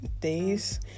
days